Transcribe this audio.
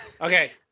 Okay